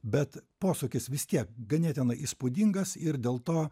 bet posūkis vis tiek ganėtinai įspūdingas ir dėl to